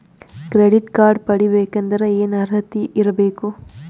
Credit card ಪಡಿಬೇಕಂದರ ಏನ ಅರ್ಹತಿ ಇರಬೇಕು?